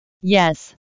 Yes